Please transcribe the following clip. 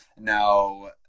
Now